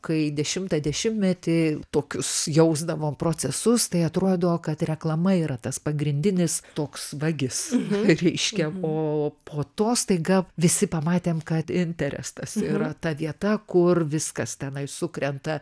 kai dešimtą dešimtmetį tokius jausdavom procesus tai atrodo kad reklama yra tas pagrindinis toks vagis reiškia o po to staiga visi pamatėm kad interestas yra ta vieta kur viskas tenai sukrenta